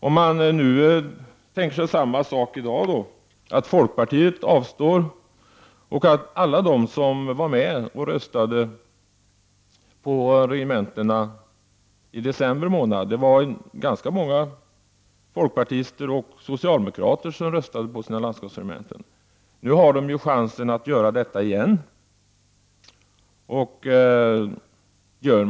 Om vi tänker oss att folkpartiet avstår från att rösta också i dag och att alla de som i december — bland dem många folkpartister och socialdemokrater — röstade för sina landskapsregementen gör det även i dag, då finns chansen att reservationen går igenom.